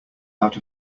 out